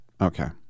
Okay